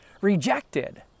rejected